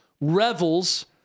revels